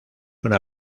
una